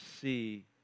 see